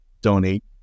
donate